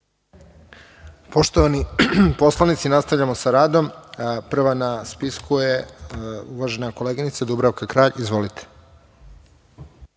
Poštovani poslanici, nastavljamo sa radom. Prva na spisku je uvažena koleginica Dubravka Kralj. Izvolite.